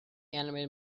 animated